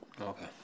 Okay